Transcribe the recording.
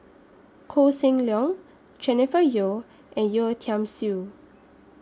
Koh Seng Leong Jennifer Yeo and Yeo Tiam Siew